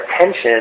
attention